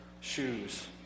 shoes